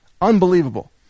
Unbelievable